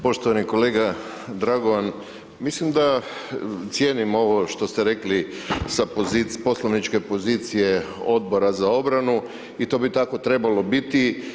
Poštovani kolega Dragovan, mislim da cijenim ovo što ste rekli sa poslovničke pozicije Odbora za obranu i to bi tako trebalo biti.